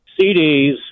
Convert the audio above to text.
CDs